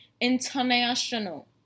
International